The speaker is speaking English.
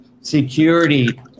security